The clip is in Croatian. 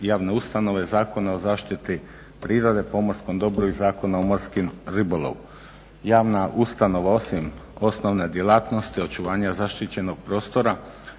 javne ustanove, Zakona o zaštiti prirode, pomorskom dobru i Zakona o morskom ribolovu. Javna ustanova osim osnovne djelatnosti, očuvanja zaštićenog prostora